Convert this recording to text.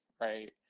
right